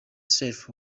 self